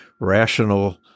rational